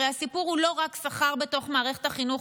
הרי הסיפור הוא לא רק שכר בתוך מערכת החינוך,